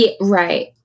right